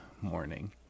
morning